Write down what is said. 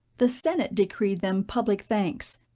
the senate decreed them public thanks,